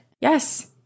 Yes